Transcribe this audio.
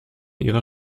ihrer